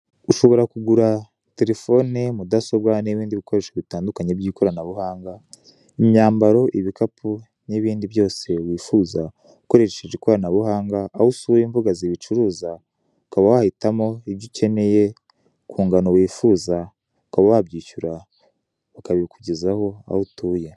Ushobora kugura terefonde, mudasobwa n'ibindi bikoresho by'ikorababuhanga, imyambaro, ibikapu, n'ibindi byose wifuza, ukoresheje ikoranabuhanga, aho usura imbuga zibicuruza ukaba wahitamo ibyo ukeneye ku ngano wifuza, ukaba wabyishyura bakabikugezaho aho utuye.